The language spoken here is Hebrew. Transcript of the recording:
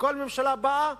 וכל ממשלה באה: